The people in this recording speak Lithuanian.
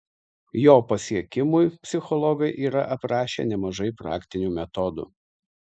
jo pasiekimui psichologai yra aprašę nemažai praktinių metodų